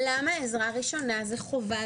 למה עזרה ראשונה זה חובה,